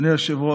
אדוני היושב-ראש,